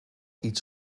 iets